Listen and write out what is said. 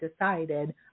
decided